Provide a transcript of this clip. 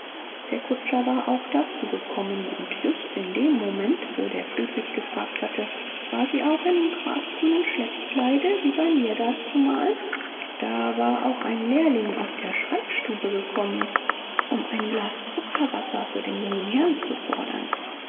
der kutscher war auch dazu gekommen und just in dem moment wo der friedrich gefragt hatte war sie auch im grasgrünen schleppkleide wie bei mir dazumal da war auch ein lehrling aus der schreibstube gekommen um ein glas zuckerwasser für den jungen herrn zu fordern